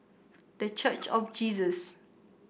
The Church of Jesus